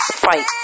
Fight